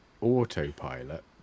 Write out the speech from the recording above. autopilot